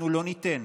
אנחנו לא ניתן